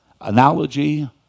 analogy